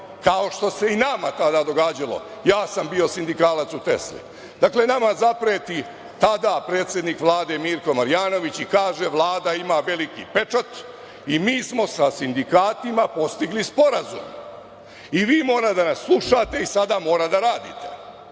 kao što se i nama tada događalo, ja sam bio sindikalac u „Tesli“. Dakle, nama zapreti tada predsednik Vlade Mirko Marjanović i kaže – Vlada ima veliki pečat i mi smo sa sindikatima postigli sporazum i vi morate da nas slušate i sada mora da radite.